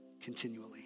continually